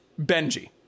Benji